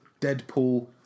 Deadpool